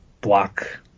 block